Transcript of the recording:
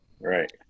Right